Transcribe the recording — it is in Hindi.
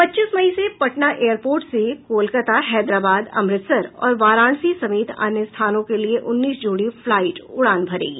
पच्चीस मई से पटना एयर पोर्ट से कोलकाता हैदराबाद अमृतसर और वाराणसी समेत अन्य स्थानों के लिए उन्नीस जोड़ी फ्लाइट उड़ान भरेंगी